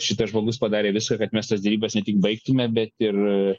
šitas žmogus padarė viską kad mes tas derybas ne tik baigtume bet ir